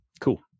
Cool